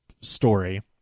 story